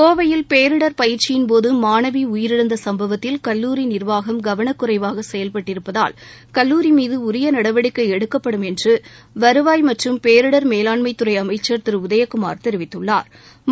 கோவையில் பேரிடர் பயிற்சியின்போது மாணவி உயிரிழந்த சும்பவத்தில் கல்லூரி நிர்வாகம் கவனக்குறைவாக செயல்பட்டிருப்பதால் கல்லூரி மீது உரிய நடவடிக்கை எடுக்கப்படும் என்று வருவாய் மற்றும் பேரிடர் மேலாண்மைத்துறை அமைச்சர் அமைச்சர் திரு உதயகுமார் தெரிவித்துள்ளாா்